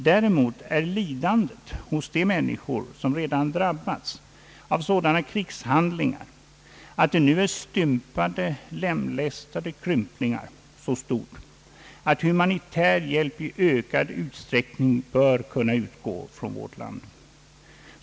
Däremot är lidandet hos de människor som redan drabbats av sådana krigshandlingar att de nu är stympade, lemlästade krymplingar, så stort ati humanitär hjälp i ökad utsträckning bör kunna utgå från vårt land.